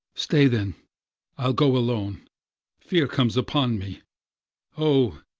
stay then i'll go alone fear comes upon me o,